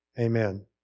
Amen